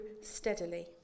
steadily